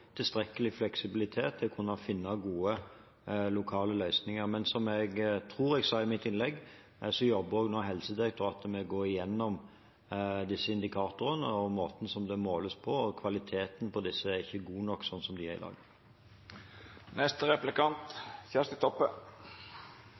tilstrekkelig fleksibilitet til å kunne finne gode, lokale løsninger. Men som jeg tror jeg sa i mitt innlegg, jobber nå Helsedirektoratet med å gå gjennom disse indikatorene og måtene det måles på. Kvaliteten på disse er ikke god nok sånn som de er i